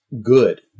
good